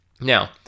Now